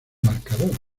marcador